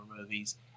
movies